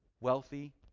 Wealthy